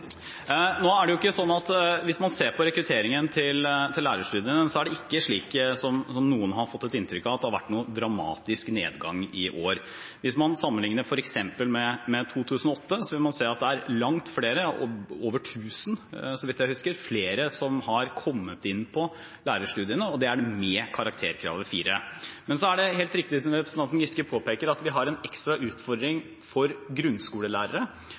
Hvis man ser på rekrutteringen til lærerstudiet, er det ikke slik som noen har fått inntrykk av, at det har vært en dramatisk nedgang i år. Hvis man f.eks. sammenligner med 2008, ser man at det er langt flere – over 1 000, så vidt jeg husker – som har kommet inn på lærerstudiet med karakteren 4, som er kravet. Men det er helt riktig som representanten Giske påpeker, at vi har en ekstra utfordring for grunnskolelærere,